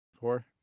Four